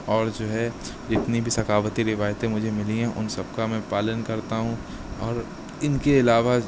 اور جو ہے جتنی بھی ثقافتی روایتیں مجھے ملی ہیں ان سب کا میں پالن کرتا ہوں اور ان کے علاوہ